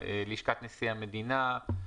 לשכת נשיא המדינה,